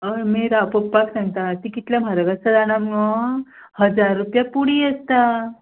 अळमी राव पप्पाक सांगता ती कितले म्हारग आसता जाणां मगो हजार रुपया पुडी आसता